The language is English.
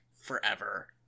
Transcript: forever